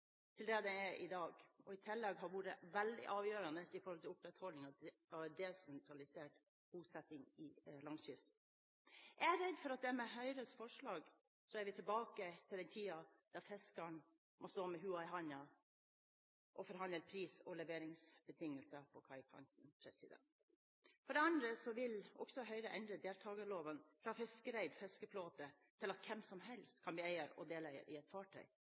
til det den er i dag. I tillegg har den vært veldig avgjørende for å opprettholde en desentralisert bosetting langs kysten. Jeg er redd for at vi med Høyres forslag er tilbake til den tiden da fiskeren må stå med luen i hånden og forhandle pris og leveringsbetingelser på kaikanten. For det andre vil også Høyre endre deltakerloven, fra fiskereid fiskeflåte til at hvem som helst kan bli eier og deleier i et fartøy.